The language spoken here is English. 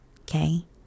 okay